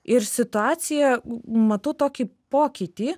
ir situacija matau tokį pokytį